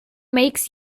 makes